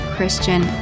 Christian